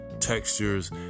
textures